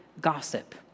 gossip